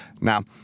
Now